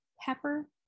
pepper